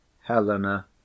Helena